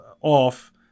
off